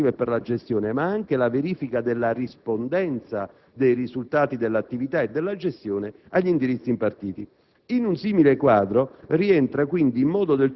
piani, programmi e direttive generali per l'azione amministrativa e per la gestione, ma anche la verifica della rispondenza dei risultati dell'attività e della gestione agli indirizzi impartiti.